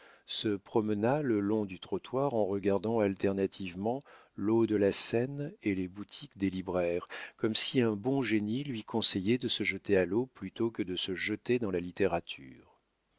se promena le long du trottoir en regardant alternativement l'eau de la seine et les boutiques des libraires comme si un bon génie lui conseillait de se jeter à l'eau plutôt que de se jeter dans la littérature